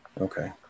Okay